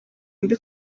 mbi